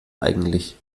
eigentlich